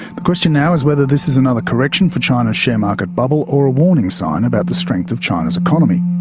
the question now is whether this is another correction for china's share market bubble or a warning sign about the strength of china's economy.